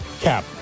Cap